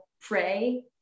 pray